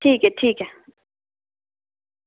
ठीक ऐ ठीक ऐ